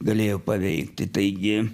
galėjo paveikti taigi